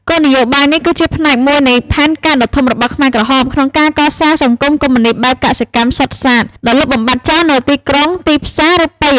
គោលនយោបាយនេះគឺជាផ្នែកមួយនៃផែនការដ៏ធំរបស់ខ្មែរក្រហមក្នុងការកសាង សង្គមកុម្មុយនីស្តបែបកសិកម្មសុទ្ធសាធ ដោយលុបបំបាត់ចោលនូវទីក្រុង ទីផ្សារ រូបិយប័ណ្ណ សាសនា និងប្រព័ន្ធអប់រំ។